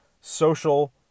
social